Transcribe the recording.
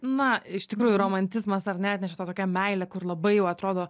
na iš tikrųjų romantizmas ar ne nežinau tokia meilė kur labai jau atrodo